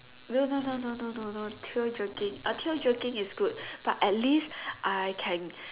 no no no no no no no pure joking tell joking is good but at least I can